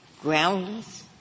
groundless